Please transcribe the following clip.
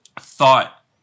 thought